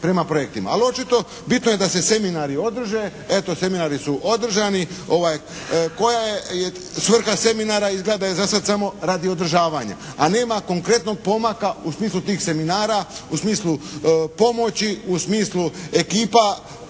Ali očito bitno je da se seminari održe. Eto seminari su održani. Koja je svrha seminara? Izgleda da je zasad samo radi održavanja. A nema konkretnog pomaka u smislu tih seminara, u smislu pomoći, u smislu ekipa